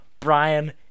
Brian